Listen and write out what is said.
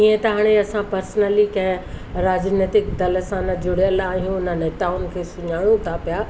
हीअं त हाणे असां पर्सनली कंहिं राजनैतिक दल सां न जुड़ियल आहियूं न नेताउनि खे सुञाणू था पिया